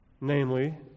Namely